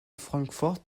francfort